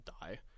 die